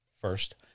First